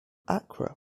acre